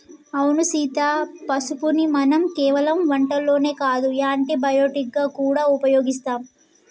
అవును సీత పసుపుని మనం కేవలం వంటల్లోనే కాదు యాంటీ బయటిక్ గా గూడా ఉపయోగిస్తాం